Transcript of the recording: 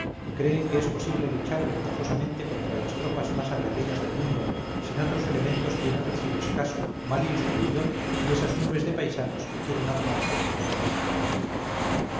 creen que es posible luchar ventajosamente contra las tropas más aguerridas del mundo sin otros elementos que un ejército escaso mal instruido y esas nubes de paisanos que quieren armarse en todos los pueblos